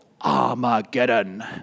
Armageddon